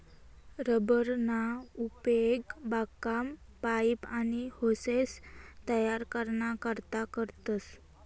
rubber ना उपेग बागकाम, पाइप, आनी होसेस तयार कराना करता करतस